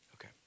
Okay